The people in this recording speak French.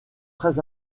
très